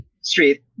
Street